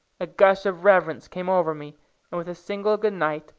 a gush of reverence came over me, and with a single goodnight,